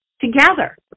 together